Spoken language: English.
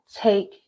take